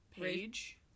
Page